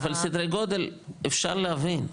סדרי גודל אפשר להבין.